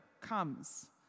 comes